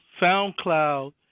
soundcloud